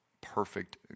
perfect